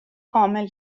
کامل